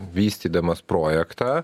vystydamas projektą